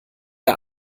der